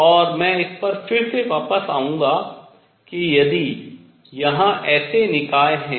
और मैं इस पर फिर से वापस आऊंगा कि यदि यहाँ ऐसे निकाय हैं